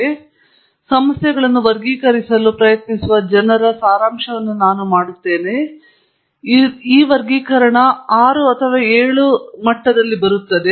ನಾನು ಇಲ್ಲಿ ಸಂಶೋಧನೆ ನಡೆಸುತ್ತಿರುವಾಗ ಇದು ಸಾರಾಂಶವಾಗಿದೆ ಸಮಸ್ಯೆಗಳನ್ನು ವರ್ಗೀಕರಿಸಲು ಪ್ರಯತ್ನಿಸುವ ಜನರ ಸಾರಾಂಶ ನಾನು ಮಾಡಿದೆ ಇದು 6 ಅಥವಾ 7 ವರ್ಗೀಕರಣಗಳ ಅಡಿಯಲ್ಲಿ ಬರುತ್ತದೆ